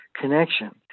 connection